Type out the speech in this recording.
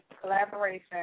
collaboration